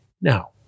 Now